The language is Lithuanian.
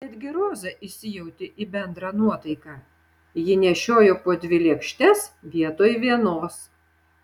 netgi roza įsijautė į bendrą nuotaiką ji nešiojo po dvi lėkštes vietoj vienos